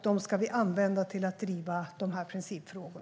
Dem ska vi använda till att driva dessa principfrågor.